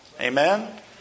Amen